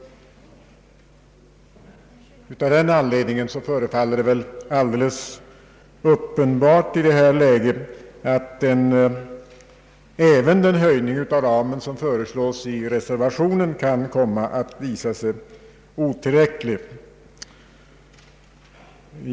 Av den anledningen förefaller det alldeles uppenbart i detta läge att även den vidgning av ramen som föreslås i reservationen kan komma att visa sig otillräcklig.